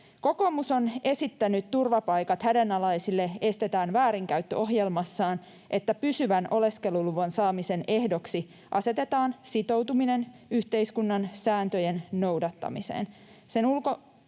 Kokoomus on esittänyt ”Turvapaikat hädänalaisille, estetään väärinkäyttö” ‑ohjelmassaan, että pysyvän oleskeluluvan saamisen ehdoksi asetetaan sitoutuminen yhteiskunnan sääntöjen noudattamiseen.